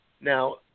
Now